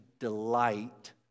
delight